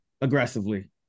aggressively